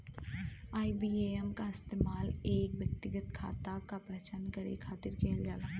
IBAN क इस्तेमाल एक व्यक्तिगत खाता क पहचान करे खातिर किहल जाला